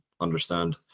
understand